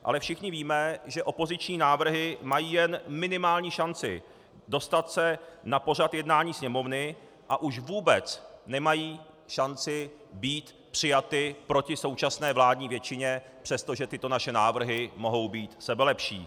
Ale všichni víme, že opoziční návrhy mají jen minimální šanci dostat se na pořad jednání Sněmovny a už vůbec nemají šanci být přijaty proti současné vládní většině, přestože tyto naše návrhy mohou být sebelepší.